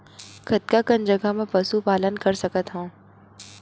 कतका कन जगह म पशु पालन कर सकत हव?